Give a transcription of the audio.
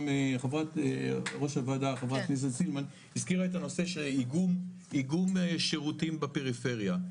גם יו"ר הוועדה ח"כ סילמן הזכירה את הנושא של איגום שירותים בפריפריה.